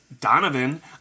Donovan